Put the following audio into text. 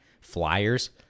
flyers